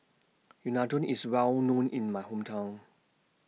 Unadon IS Well known in My Hometown